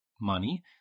money